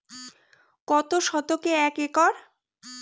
কত শতকে এক একর?